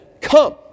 come